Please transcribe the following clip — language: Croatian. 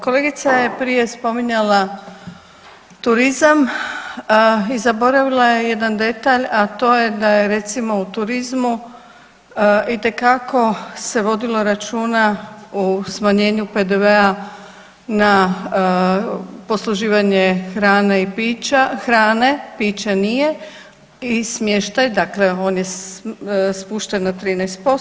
Kolegica je prije spominjala turizam i zaboravila je jedan detalj, a to je da je recimo u turizmu itekako se vodilo računa o smanjenju PDV-a na posluživanje hrane i pića, hrane, pića nije i smještaj, dakle on je spušten na 13%